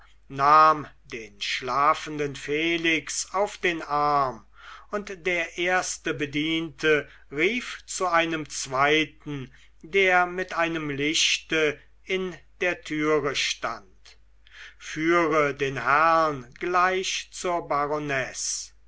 nahm den schlafenden felix auf den arm und der erste bediente rief zu einem zweiten der mit einem lichte in der türe stand führe den herrn gleich zur